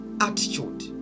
attitude